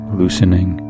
loosening